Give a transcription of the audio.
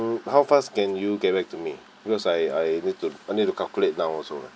how fast can you get back to me because I I need to I need to calculate now also lah